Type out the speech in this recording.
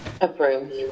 Approve